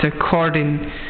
According